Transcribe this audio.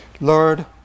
Lord